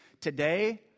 today